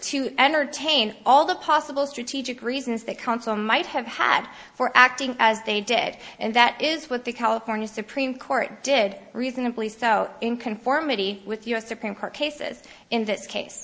to entertain all the possible strategic reasons that counsel might have had for acting as they did and that is what the california supreme court did reasonably so in conformity with u s supreme court cases in this case